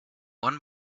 one